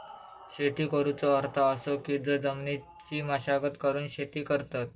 शेती करुचो अर्थ असो की जो जमिनीची मशागत करून शेती करतत